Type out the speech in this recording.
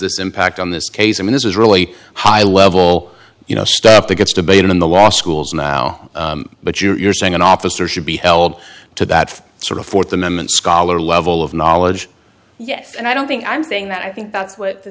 this impact on this case i mean this is really high level you know stuff that gets debated in the law schools now but you're saying an officer should be held to that sort of fourth amendment scholar level of knowledge yes and i don't think i'm saying that i think that's what the